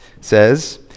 says